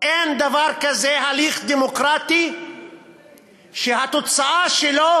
אין דבר כזה הליך דמוקרטי שהתוצאה שלו